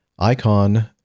Icon